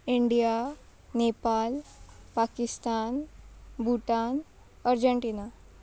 India Nepal Pakistan Bhutan Argentina